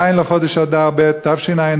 ז' לחודש אדר ב' תשע"ד,